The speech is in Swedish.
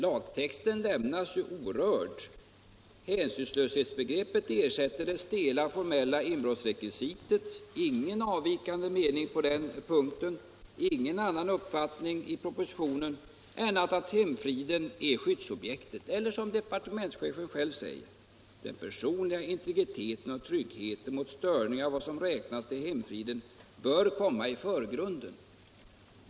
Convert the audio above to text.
Lagtexten lämnas ju orörd, hänsynslöshetsbegreppet ersätter det stela, formella inbrottsrekvisitet. Det är ingen avvikande mening på den punkten. Det är ingen annan uppfattning än den i propositionen att hemfriden är skyddsobjektet. Departementschefen säger ju att den personliga integriteten och tryggheten mot störningar av vad som räknas till hemfriden bör komma i förgrunden.